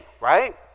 right